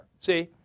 See